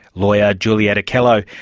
lawyer juliet akello.